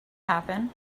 happen